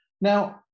Now